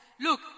Look